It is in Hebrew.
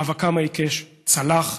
מאבקם העיקש צלח,